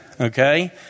okay